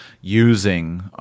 using